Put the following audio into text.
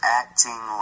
acting